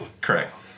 Correct